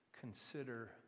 consider